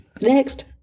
next